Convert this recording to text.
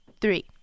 three